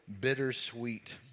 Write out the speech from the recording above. Bittersweet